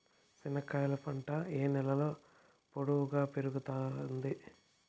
చెనక్కాయలు పంట ఏ నేలలో పొడువుగా పెరుగుతుంది?